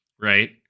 Right